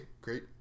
great